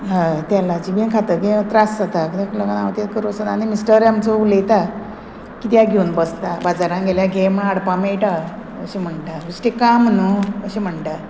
हय तेलाची बी खातकी त्रास जाता कित्याक लागून हांव तें करता आनी मिस्टर आमचो उलयता कित्याक घेवन बसता बाजारान गेल्यार घे म्हण हाडपा मेळटा अशें म्हणटा बेश्टे काम न्हू अशें म्हणटा